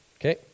Okay